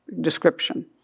description